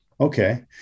okay